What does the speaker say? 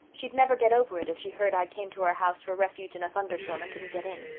she'd never get over it if she heard i came to her house for refuge in a thunderstorm and couldn't get in.